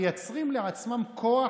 מייצרים לעצמם כוח,